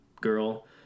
girl